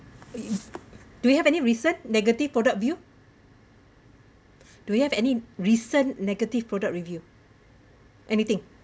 do you have any recent negative product review do you have any recent negative product review anything